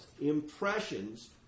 impressions